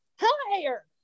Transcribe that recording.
higher